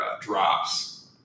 drops